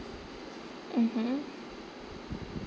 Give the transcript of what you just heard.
mmhmm